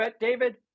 David